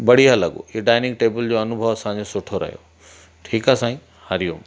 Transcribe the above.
बढ़िया लॻो इहो डाइनिंग टेबल जो अनुभव असांजो सुठो रहियो ठीकु आहे साईं हरि ओम